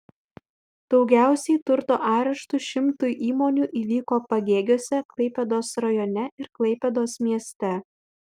daugiausiai turto areštų šimtui įmonių įvyko pagėgiuose klaipėdos rajone ir klaipėdos mieste